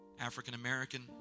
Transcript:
african-american